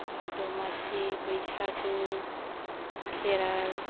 दमासि बैसागु खेराय